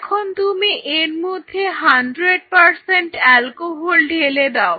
এখন তুমি এর মধ্যে 100 অ্যালকোহল ঢেলে দাও